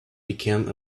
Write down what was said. became